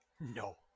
no